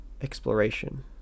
exploration